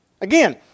Again